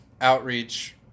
Outreach